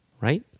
right